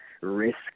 risk